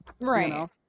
right